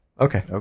Okay